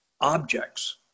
objects